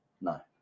No